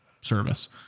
service